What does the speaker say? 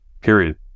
period